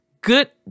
Good